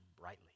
brightly